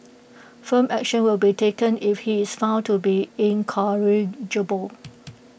firm action will be taken if he is found to be incorrigible